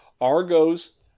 Argos